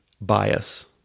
bias